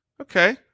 Okay